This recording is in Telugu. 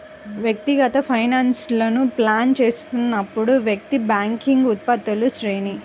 వ్యక్తిగత ఫైనాన్స్లను ప్లాన్ చేస్తున్నప్పుడు, వ్యక్తి బ్యాంకింగ్ ఉత్పత్తుల శ్రేణి